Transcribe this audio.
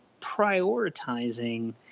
prioritizing